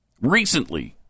recently